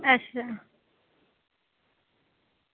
अच्छा